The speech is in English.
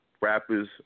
rappers